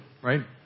right